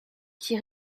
qui